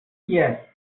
yes